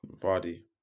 Vardy